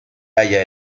halla